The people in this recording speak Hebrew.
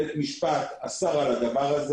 בית המשפט אסר על זה.